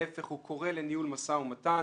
להיפך, הוא קורא לניהול משא ומתן.